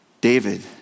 David